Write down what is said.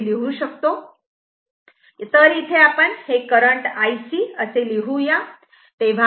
तर इथे आपण हे करंट IC असे लिहू या